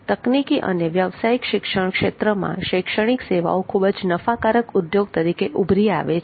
તકનીકી અને વ્યાવસાયિક શિક્ષણ ક્ષેત્રમાં શૈક્ષણિક સેવાઓ ખૂબ જ નફાકારક ઉદ્યોગ તરીકે ઉભરી આવે છે